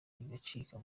bigacika